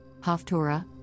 Haftorah